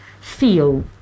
feel